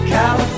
California